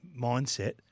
mindset